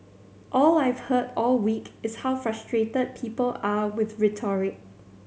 all I've heard all week is how frustrated people are with rhetoric